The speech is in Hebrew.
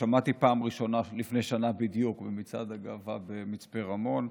ששמעתי בפעם הראשונה לפני שנה בדיוק במצעד הגאווה במצפה רמון.